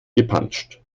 gepanscht